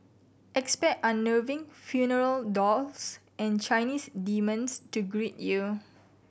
expect unnerving funeral dolls and Chinese demons to greet you